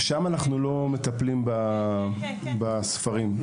שם אנחנו לא מטפלים בספרי הלימוד.